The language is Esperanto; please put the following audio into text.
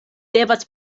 devas